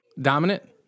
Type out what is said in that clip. dominant